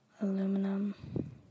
Aluminum